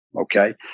okay